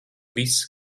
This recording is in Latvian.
viss